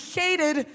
hated